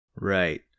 Right